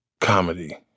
comedy